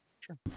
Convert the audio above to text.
Sure